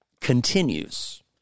continues